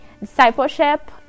discipleship